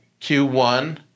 Q1